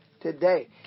Today